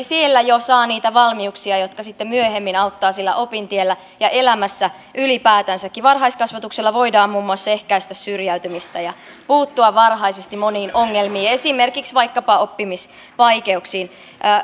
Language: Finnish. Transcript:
siellä jo saa niitä valmiuksia jotka sitten myöhemmin auttavat opintiellä ja elämässä ylipäätänsäkin varhaiskasvatuksella voidaan muun muassa ehkäistä syrjäytymistä ja puuttua varhaisesti moniin ongelmiin esimerkiksi vaikkapa oppimisvaikeuksiin